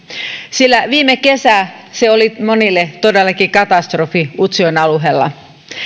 sillä viime kesä oli monille todellakin katastrofi utsjoen